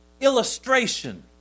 illustration